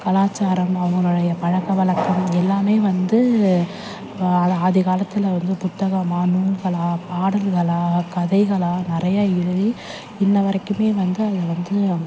கலாச்சாரம் அவங்களுடைய பழக்கவழக்கம் எல்லாமே வந்து ஆதிகாலத்தில் வந்து புத்தகமாக நூல்களாக பாடல்களாக கதைகளாக நிறைய எழுதி இன்ன வரைக்குமே வந்து அது வந்து